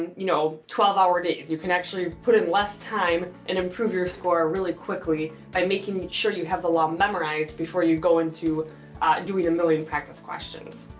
you know, twelve hour days you can actually put in less time and improve your score really quickly by making sure you have the law memorized before you go into doing a million practice questions.